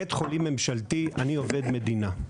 בית חולים ממשלתי ואני עובד מדינה.